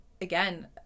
again